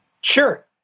Sure